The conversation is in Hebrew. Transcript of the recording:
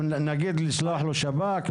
ישלחו אליו את השב"כ?